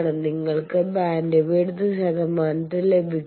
നിങ്ങൾക്ക് ബാൻഡ്വിഡ്ത്ത് ശതമാനത്തിൽ ലഭിക്കുന്നു